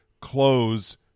close